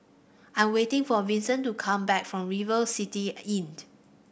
I'm waiting for Vinson to come back from River City Inn